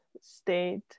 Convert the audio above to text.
state